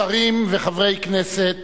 שרים וחברי הכנסת,